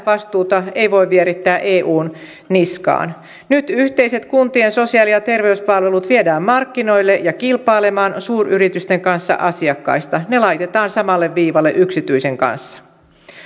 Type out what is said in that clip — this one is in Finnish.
vastuuta ei voi vierittää eun niskaan nyt yhteiset kuntien sosiaali ja terveyspalvelut viedään markkinoille ja kilpailemaan suuryritysten kanssa asiakkaista ne laitetaan samalle viivalle yksityisen kanssa